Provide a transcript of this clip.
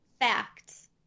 facts